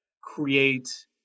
create